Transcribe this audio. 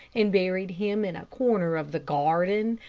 and buried him in a corner of the garden,